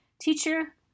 Teacher